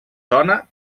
dona